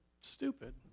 stupid